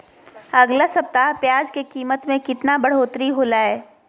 अगला सप्ताह प्याज के कीमत में कितना बढ़ोतरी होलाय?